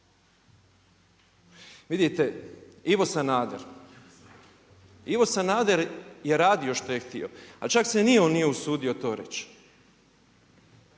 Vidite Ivo Sanader, Ivo Sanader je radio što je htio a čak se ni on nije usudio to reći.